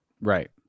Right